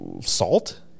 Salt